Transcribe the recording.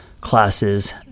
classes